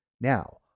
Now